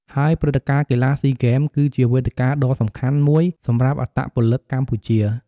ហើយព្រឹត្តិការណ៍កីឡាស៊ីហ្គេមគឺជាវេទិកាដ៏សំខាន់មួយសម្រាប់អត្តពលិកកម្ពុជា។